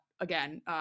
again